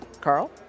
Carl